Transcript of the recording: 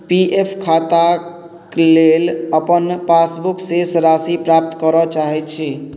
पी F खाताके लेल अपन पासबुकके शेष राशि प्राप्त करै चाहै छी